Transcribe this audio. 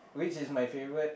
which is my favourite